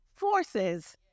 Forces